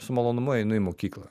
su malonumu einu į mokyklą